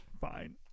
Fine